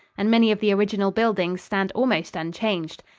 and many of the original buildings stand almost unchanged.